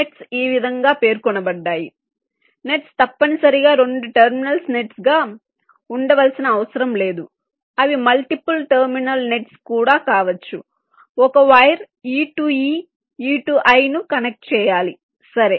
nets ఈ విధంగా పేర్కొనబడ్డాయి నెట్స్ తప్పనిసరిగా 2 టెర్మినల్ నెట్స్ గా ఉండవలసిన అవసరం లేదు అవి మల్టిపుల్ టెర్మినల్ నెట్స్ కూడా కావచ్చు ఒక wire e to e e to i ను కనెక్ట్ చేయాలి సరే